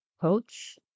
coach